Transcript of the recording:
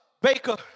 Baker